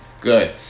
good